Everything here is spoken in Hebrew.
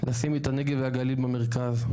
לשים את הנגב והגליל במרכז.